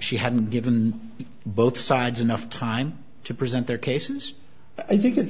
she hadn't given both sides enough time to present their cases i think it's